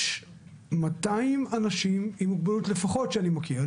יש מאתיים אנשים עם מוגבלות לפחות שאני מכיר.